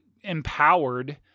empowered